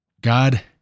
God